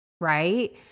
right